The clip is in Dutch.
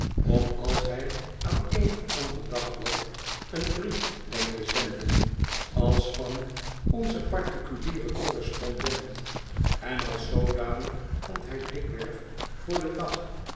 om als hij aan een of ander dagblad een brief denkt te zenden als van onzen particulieren correspondent en als zoodanig komt hij dikwerf voor den dag